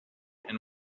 and